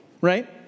Right